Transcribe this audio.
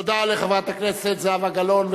תודה לחברת הכנסת זהבה גלאון,